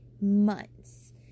months